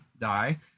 die